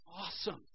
awesome